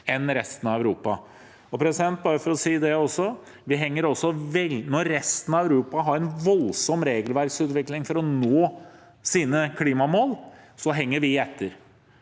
enn resten av Europa. Bare for å si det også: Når resten av Europa har en voldsom regelverksutvikling for å nå sine klimamål, henger vi etter.